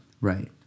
right